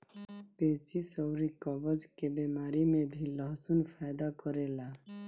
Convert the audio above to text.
पेचिस अउरी कब्ज के बेमारी में भी लहसुन फायदा करेला